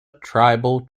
tribal